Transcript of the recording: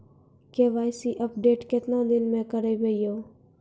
KYC update केतना दिन मे करेबे यो?